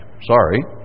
Sorry